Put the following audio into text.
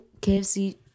KFC